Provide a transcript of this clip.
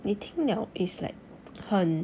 you think 了 is like 很